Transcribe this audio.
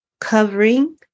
covering